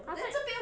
outside